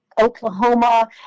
Oklahoma